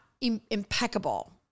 impeccable